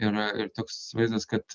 ir ir toks vaizdas kad